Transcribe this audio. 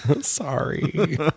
Sorry